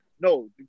No